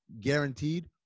guaranteed